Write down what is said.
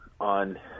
on